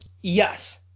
Yes